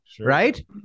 right